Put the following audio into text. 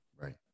Right